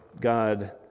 God